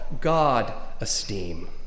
God-esteem